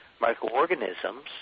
microorganisms